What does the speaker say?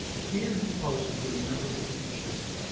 here, he poses with a member of the sea shepherd.